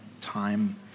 time